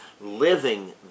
living